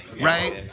right